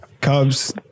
cubs